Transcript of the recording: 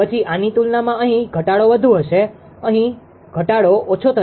પછી આની તુલનામાં અહીં ઘટાડો વધુ થશે અહીં ઘટાડો ઓછો થશે